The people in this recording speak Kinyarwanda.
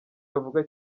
bavuga